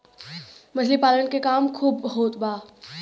मछली पालन के काम खूब होत बा